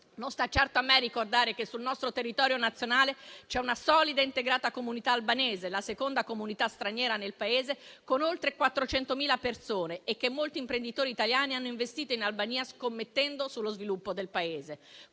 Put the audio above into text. Non sta certo a me ricordare che sul nostro territorio nazionale c'è una solida e integrata comunità albanese, la seconda comunità straniera nel Paese, con oltre 400.000 persone, e che molti imprenditori italiani hanno investito in Albania, scommettendo sullo sviluppo del Paese.